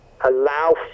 allow